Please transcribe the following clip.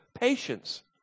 patience